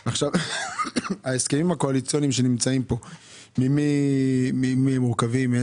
ההסכמים הקואליציוניים שנמצאים פה - ממי הם מורכבים?